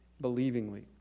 believingly